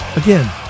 Again